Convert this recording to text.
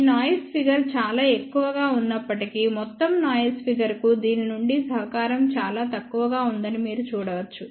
ఈ noise figure చాలా ఎక్కువగా ఉన్నప్పటికీ మొత్తం నాయిస్ ఫిగర్ కు దీని నుండి సహకారం చాలా తక్కువగా ఉందని మీరు చూడవచ్చు